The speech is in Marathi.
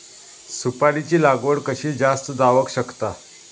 सुपारीची लागवड कशी जास्त जावक शकता?